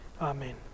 Amen